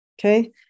Okay